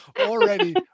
already